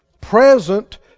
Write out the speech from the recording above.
present